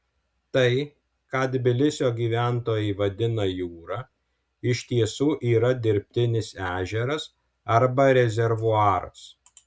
tai ką tbilisio gyventojai vadina jūra iš tiesų yra dirbtinis ežeras arba rezervuaras